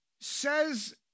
says